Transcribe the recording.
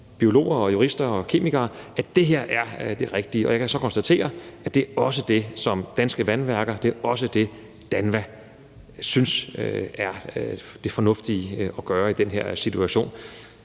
biologer, jurister og kemikere – at det her er det rigtige at gøre, og jeg kan så også konstatere, at det også er det, som Danske Vandværker og DANVA synes er det fornuftige at gøre i den her situation.